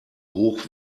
hoch